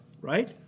right